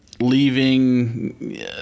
leaving